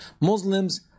Muslims